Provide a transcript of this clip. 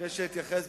לפני שאתייחס,